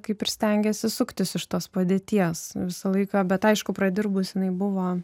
kaip ir stengėsi suktis iš tos padėties visą laiką bet aišku pradirbus jinai buvo